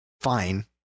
fine